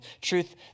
truth